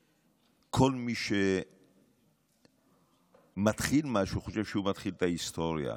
כל מי שמתחיל משהו חושב שהוא מתחיל את ההיסטוריה.